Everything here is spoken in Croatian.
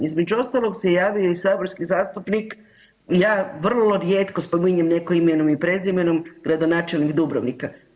Između ostalog se javio i saborski zastupnik, ja vrlo rijetko spominjem nekog imenom i prezimenom, gradonačelnik Dubrovnika.